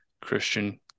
Christian